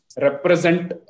represent